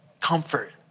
Comfort